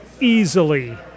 Easily